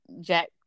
Jack